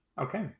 Okay